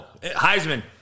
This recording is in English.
Heisman